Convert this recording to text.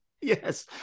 Yes